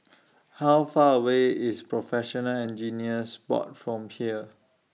How Far away IS Professional Engineers Board from here